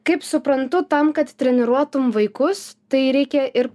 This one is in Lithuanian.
kaip suprantu tam kad treniruotum vaikus tai reikia ir